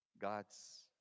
God's